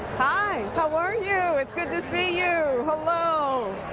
hi, how are you? it's good to see you. hello.